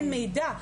אין מידע.